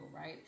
right